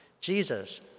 Jesus